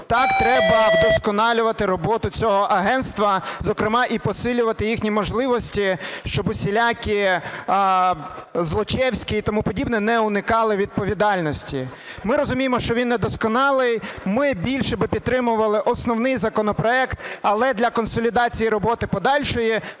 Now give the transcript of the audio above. Так, треба вдосконалювати роботу цього агентства, зокрема, і посилювати їхні можливості, щоб усілякі Злочевські і тому подібне не уникали відповідальності. Ми розуміємо, що він не досконалий, ми більше би підтримували основний законопроект, але для консолідації роботи подальшої